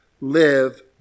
live